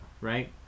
Right